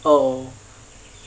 oh